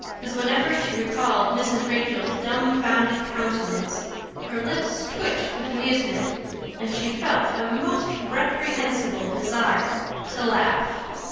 because, whenever she recalled mrs. rachel's dumbfounded countenance her lips twitched with amusement and she felt a most reprehensible desire to laugh.